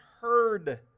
heard